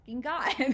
God